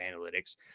Analytics